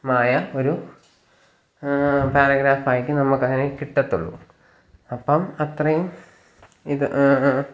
മായ ഒരു പാരഗ്രാഫാക്കി നമുക്കതിനെ കിട്ടത്തുള്ളൂ അപ്പം അത്രയും ഇത്